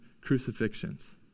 crucifixions